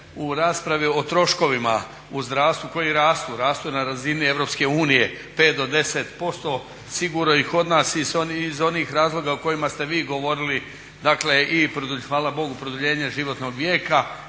u raspravi o troškovima u zdravstvu koji rastu, rastu na razini EU 5 do 10% sigurno i kod nas iz onih razloga o kojima ste vi govorili i hvala Bogu produljenje životnog vijeka